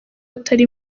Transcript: atari